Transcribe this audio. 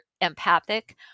empathic